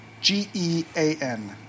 G-E-A-N